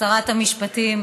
שרת המשפטים,